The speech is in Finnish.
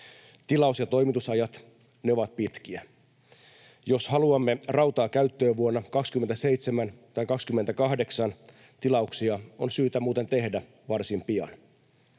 Tilaus- ja toimitusajat ovat pitkiä. Jos haluamme rautaa käyttöön vuonna 27 tai 28, tilauksia on syytä muuten tehdä varsin pian.